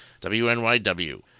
WNYW